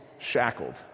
shackled